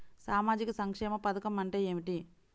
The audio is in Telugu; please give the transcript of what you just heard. సామాజిక సంక్షేమ పథకం అంటే ఏమిటి?